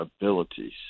abilities